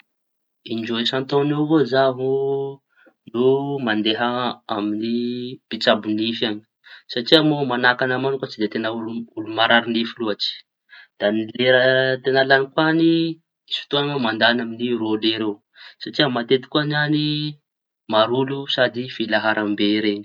In-droa isan-taoña eo avao zao no mandea amiñy mpitsabo nify añy. Satria moa mañahaka añahy mañoka tsy dia teña olo olo marary nify loatsy. Da ny lera teña lañiko añy misy fotoa zao mandañy eo amy roa lera eo. Satria matetiky koa ny añy maro olo sady filaharam-be reñy.